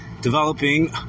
Developing